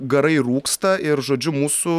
garai rūksta ir žodžiu mūsų